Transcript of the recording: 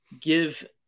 give